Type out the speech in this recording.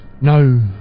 No